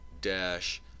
dash